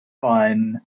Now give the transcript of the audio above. fun